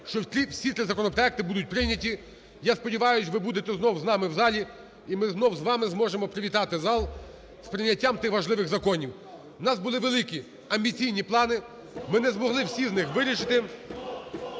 всі три законопроекти будуть прийняті, я сподіваюсь, ви будете знову з нами в залі, і ми знову з вами зможемо привітати зал з прийняттям тих важливих законів. У нас були великі амбіційні плани, ми не змогли всі з них вирішити.